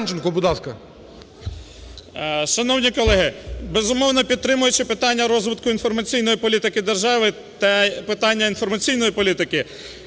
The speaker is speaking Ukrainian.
Шановні колеги, безумовно, підтримуючи питання розвитку інформаційної політики держави та питання інформаційної політики,